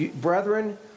brethren